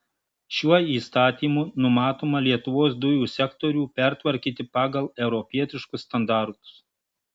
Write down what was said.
šiuo įstatymu numatoma lietuvos dujų sektorių pertvarkyti pagal europietiškus standartus